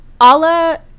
Allah